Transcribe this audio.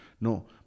no